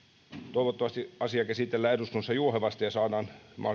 toivottavasti asia käsitellään eduskunnassa juohevasti ja saadaan